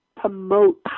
promote